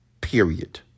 period